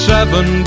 Seven